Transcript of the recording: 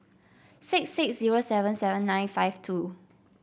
six six zero seven seven nine five two